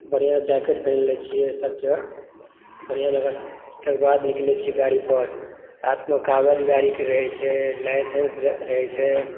बढ़िआँ जैकेट पहिर लैत छियै सभटा बढ़िआँ जँका तकर बाद निकलैत छियै गाड़ीपर साथमे कागज गाड़ीके रहै छै लाइसेंस र रहै छै